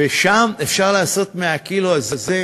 ושם, אפשר לעשות מהקילו הזה,